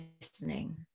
listening